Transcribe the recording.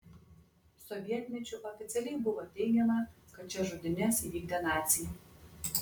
sovietmečiu oficialiai buvo teigiama kad šias žudynes įvykdė naciai